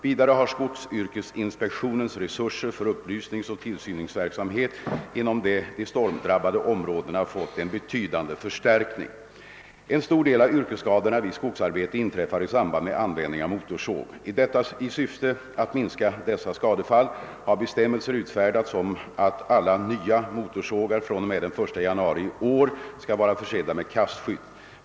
Vidare har skogsyrkesinspektionens resurser för upplysningsoch = tillsynsverksamhet inom de stormdrabbade områdena fått en betydande förstärkning. En stor del av yrkesskadorna vid skogsarbete inträffar i samband med användning av motorsåg. I syfte att minska dessa skadefall har bestämmelser utfärdats om att alla nya motorsågar fr.o.m. 1 januari i år skall vara försedda med kastskydd.